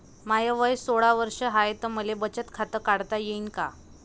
माय वय सोळा वर्ष हाय त मले बचत खात काढता येईन का?